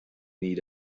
need